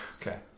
okay